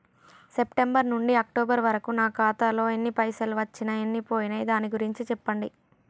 September నుంచి October వరకు నా ఖాతాలో ఎన్ని పైసలు వచ్చినయ్ ఎన్ని పోయినయ్ దాని గురించి చెప్పండి?